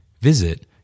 Visit